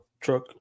truck